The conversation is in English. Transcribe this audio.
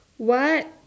what